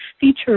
feature